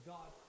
God